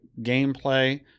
gameplay